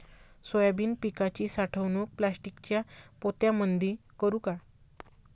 Soybean पिकाची साठवणूक प्लास्टिकच्या पोत्यामंदी करू का?